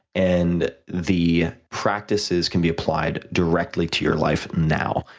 and the practices can be applied directly to your life now.